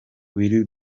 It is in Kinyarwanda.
will